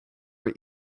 our